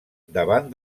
davant